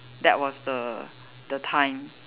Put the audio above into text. that was the the time